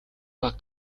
баг